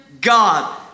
God